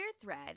thread